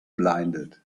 blinded